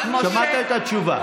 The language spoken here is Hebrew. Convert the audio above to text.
שמעת את התשובה.